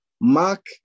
mark